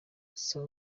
gusa